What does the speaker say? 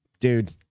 Dude